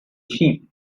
sheep